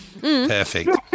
Perfect